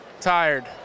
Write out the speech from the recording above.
Tired